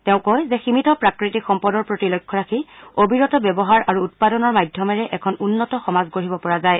তেওঁ কয় যে সীমিত প্ৰাকৃতিক সম্পদৰ প্ৰতি লক্ষ্য ৰাখি অবিৰত ব্যৱহাৰ আৰু উৎপাদনৰ মাধ্যমেৰে এখন উন্নত সমাজ গঢ়িব পৰা যায়